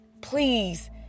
Please